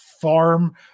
farm